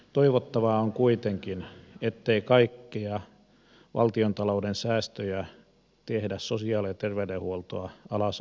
toivottavaa on kuitenkin ettei kaikkia valtiontalouden säästöjä tehdä sosiaali ja terveydenhuoltoa alas ajamalla